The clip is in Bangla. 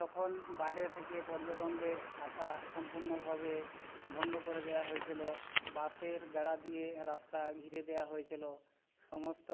তখন বাইরে থেকে পর্যটকদের আসা সম্পূর্ণভাবে বন্ধ করে দেওয়া হয়েছিলো বাঁশের বেড়া দিয়ে রাস্তা ঘিরে দেওয়া হয়েছিলো সমস্ত